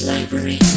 Library